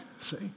see